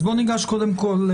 אז בוא ניגש קודם כל,